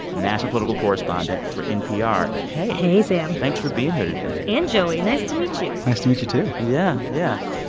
national political correspondent for npr. hey hey, sam thanks for being here today and, joey, nice to meet you nice to meet you too yeah, yeah.